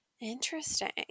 Interesting